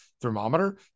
thermometer